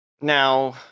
Now